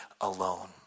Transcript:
alone